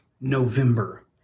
November